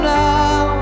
now